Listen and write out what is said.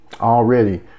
Already